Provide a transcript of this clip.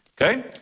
Okay